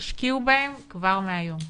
תשקיעו בהם כבר היום.